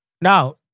Now